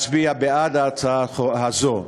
להצביע בעד ההצעה הזאת,